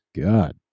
God